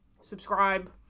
Subscribe